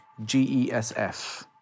GESF